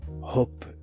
Hope